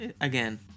again